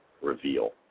reveal